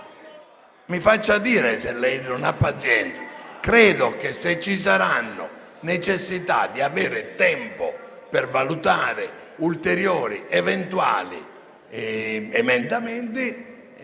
Mi faccia dire, se lei non ha pazienza. Credo che, se ci sarà la necessità di avere tempo per valutare ulteriori eventuali emendamenti,